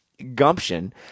gumption